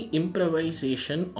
improvisation